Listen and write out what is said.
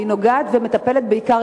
והיא נוגעת ומטפלת בעיקר